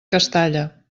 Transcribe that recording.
castalla